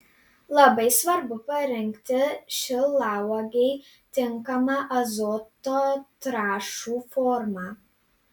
labai svarbu parinkti šilauogei tinkamą azoto trąšų formą